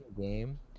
game